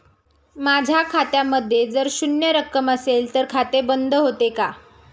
माझ्या खात्यामध्ये जर शून्य रक्कम असेल तर खाते बंद होते का?